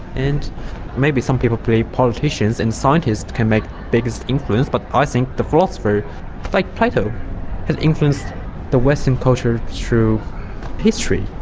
and maybe some people believe politicians and scientists can make biggest influence, but i think the philosopher like plato has influenced the western culture through history.